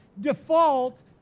default